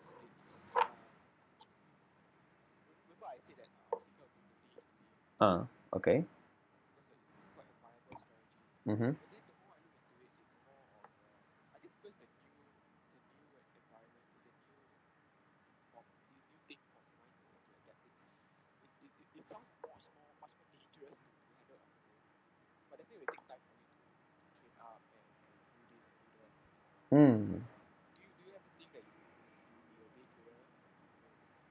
ah okay mmhmm mm